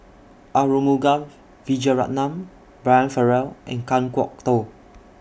Arumugam Vijiaratnam Brian Farrell and Kan Kwok Toh